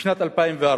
בשנת 2004,